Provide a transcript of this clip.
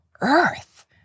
earth